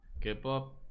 K-pop